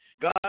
God